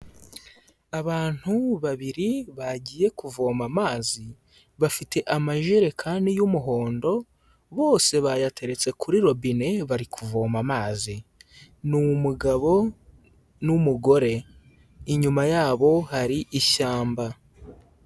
Abantu babiri bagiye kuvoma amazi bafite amajerekani y'umuhondo bose bayateretse kuri robine bari kuvoma amazi ni umugabo n'umugore inyuma yabo hari ishyamba.